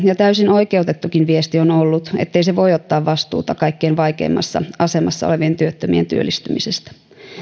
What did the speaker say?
ja täysin oikeutettukin viesti on ollut ettei se voi ottaa vastuuta kaikkein vaikeimmassa asemassa olevien työttömien työllistymisestä